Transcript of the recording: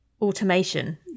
automation